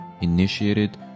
initiated